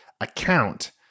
account